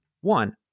One